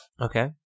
Okay